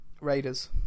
Raiders